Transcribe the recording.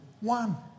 One